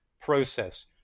process